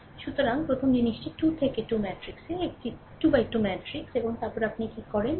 সুতরাং প্রথম জিনিসটি 2 থেকে 2 ম্যাট্রিক্সে এটি 2 থেকে 2 ম্যাট্রিক্স এবং তারপরে আপনি কি করেন